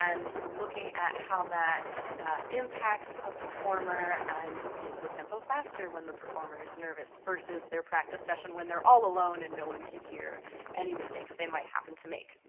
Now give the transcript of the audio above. and looking at how that impacts a performer, and is the tempo faster when the performer is nervous, versus their practice session when they're all alone and no one can hear any mistakes they might happen to make.